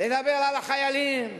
לדבר על החיילים,